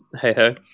hey-ho